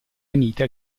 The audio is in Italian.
anita